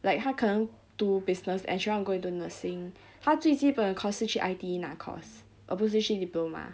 like 他可能读 business and she want to go into nursing 他最基本的 course 是去 I_T_E 拿 course 而不是去 diploma